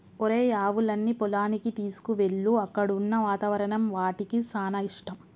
ఒరేయ్ ఆవులన్నీ పొలానికి తీసుకువెళ్ళు అక్కడున్న వాతావరణం వాటికి సానా ఇష్టం